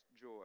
joy